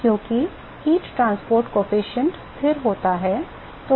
क्योंकि ऊष्मा परिवहन गुणांक स्थिरांक स्थिर होता है